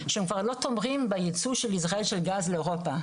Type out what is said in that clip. שהם כבר לא תומכים בייצוא של ישראל של גז לאירופה.